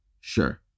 Sure